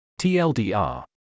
TLDR